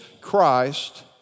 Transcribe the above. Christ